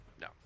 no